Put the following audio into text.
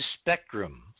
spectrum